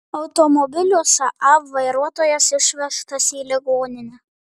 automobilio saab vairuotojas išvežtas į ligoninę